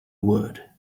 word